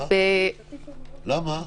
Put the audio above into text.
למה?